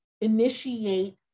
initiate